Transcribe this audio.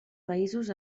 països